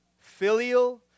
filial